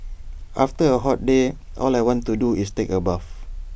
after A hot day all I want to do is take A bath